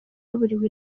yaburiwe